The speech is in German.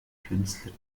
künstler